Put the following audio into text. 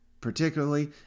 particularly